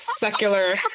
Secular